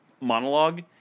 monologue